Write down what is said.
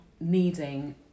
needing